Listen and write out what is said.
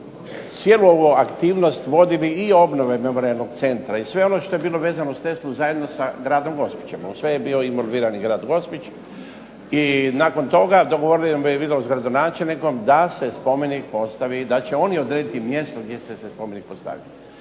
cijelu ovu aktivnost vodili i obnove memorijalnog centra i sve ono što je bilo vezano uz Teslu zajedno sa gradom Gospićem, u sve je bio involvirani grad Gospić. I nakon toga dogovorili smo, vidjeli smo s gradonačelnikom da se spomenik postavi, da će oni odrediti mjesto gdje će se spomenik postaviti.